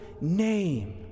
name